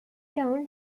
town